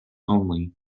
only